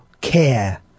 care